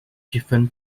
driven